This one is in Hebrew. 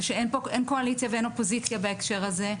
שאין קואליציה ואין אופוזיציה בהקשר הזה.